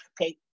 Okay